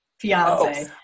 fiance